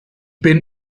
bin